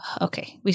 okay